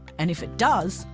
and if it does,